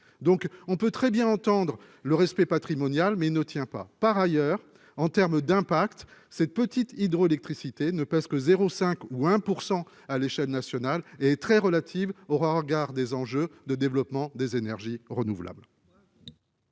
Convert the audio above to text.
donc on peut très bien entendre le respect patrimonial, mais ne tient pas, par ailleurs en terme d'impact cette petite hydroélectricité ne pèse que 0 5 ou 1 % à l'échelle nationale et est très relative aura au regard des enjeux de développement des énergies renouvelables.